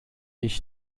ich